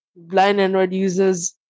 blindandroidusers